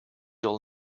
all